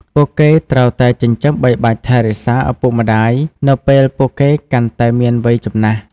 ពួកគេត្រូវតែចិញ្ចឹមបីបាច់ថែរក្សាឪពុកម្តាយ នៅពេលពួកគាត់កាន់តែមានវ័យចំណាស់។